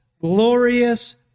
glorious